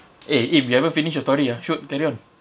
eh im you haven't finish your story ah should carry on